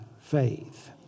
faith